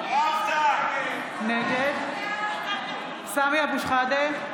נגד סמי אבו שחאדה,